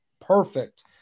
perfect